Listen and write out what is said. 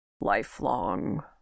lifelong